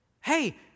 Hey